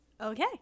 okay